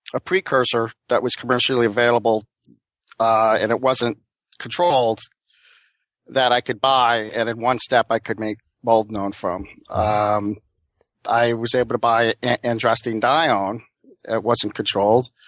precursor that was commercially available and it wasn't controlled that i could buy, and in one step i could make boldenone from. ah um i was able to buy androstenedione. it um wasn't controlled,